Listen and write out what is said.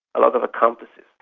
a lot of accomplices,